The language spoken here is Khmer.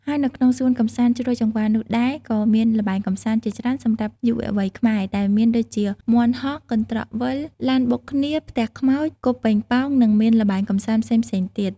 ហើយនៅក្នុងសួនកំសាន្តជ្រោយចង្វានោះដែរ ក៏មានល្បែងកំសាន្តជាច្រើនសម្រាប់យុវវ័យខ្មែរ ដែលមានដូចជា មាន់ហោះ កន្ត្រកវិល ឡានបុកគ្នា ផ្ទះខ្មោច គប់ប៉េងប៉ោង និងមានល្បែងកំសាន្តផ្សេងៗទៀត។